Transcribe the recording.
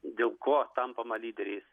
dėl ko tampama lyderiais